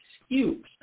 excuse